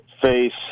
face